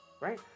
right